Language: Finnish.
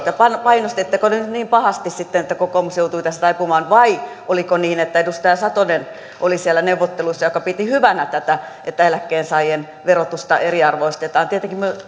painostitteko nyt niin pahasti sitten että kokoomus joutui tässä taipumaan vai oliko niin että siellä neuvotteluissa oli edustaja satonen joka piti hyvänä tätä että eläkkeensaajien verotusta eriarvoistetaan tietenkin me olisimme